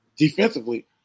Defensively